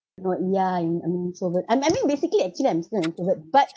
not ya I'm I'm an introvert um I mean basically actually I'm still introvert but